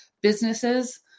businesses